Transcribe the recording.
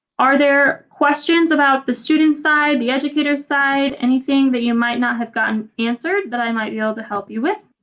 are there questions about the student side the educator side anything that you might not have gotten answered that i might be able to help you with?